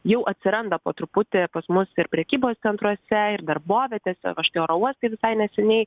jau atsiranda po truputį pas mus ir prekybos centruose ir darbovietėse oro uostai visai neseniai